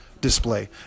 display